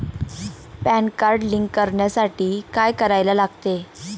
Pan card link करण्यासाठी काय करायला लागते?